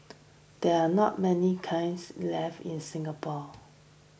there are not many kilns left in Singapore